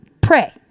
pray